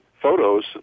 photos